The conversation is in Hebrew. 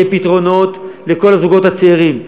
יהיו פתרונות לכל הזוגות הצעירים.